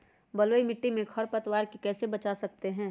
बलुई मिट्टी को खर पतवार से कैसे बच्चा सकते हैँ?